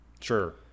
Sure